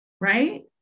right